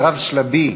כרב-שלבי